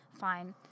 fine